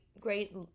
great